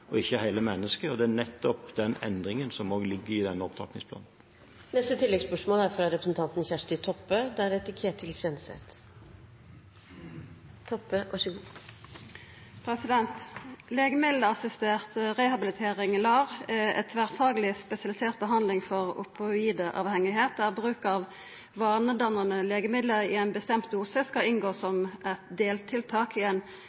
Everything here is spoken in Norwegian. og ikke hele mennesket. Det er nettopp den endringen som ligger i denne opptrappingsplanen. Kjersti Toppe – til oppfølgingsspørsmål. Legemiddelassistert rehabilitering, LAR, er ei tverrfagleg, spesialisert behandling for opioidavhengigheit, der bruk av vanedannande legemiddel i ein bestemt dose skal inngå